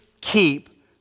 keep